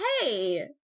hey